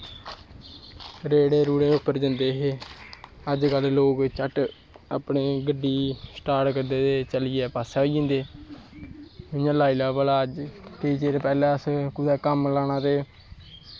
रेह्ड़े रूह्ड़ै उप्पर जंदे हे अज्ज कल लोग घट्ट अपनी गड्डी स्टार्चट करदे ते चलियै पास्सै होई जंदे इयां लाई लैओ भला केंई चिर पैह्लैं असैं कम्म लाना ते